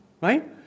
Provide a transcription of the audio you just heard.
right